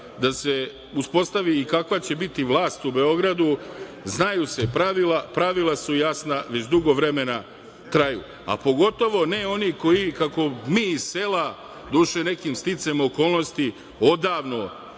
da se uspostavi i kakva će biti vlast u Beogradu. Znaju se pravila. Pravila su jasna već dugo vremena traju, a pogotovo ne oni koji kako mi iz sela, doduše nekim sticajem okolnosti odavno